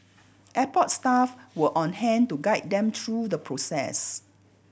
airport staff were on hand to guide them through the process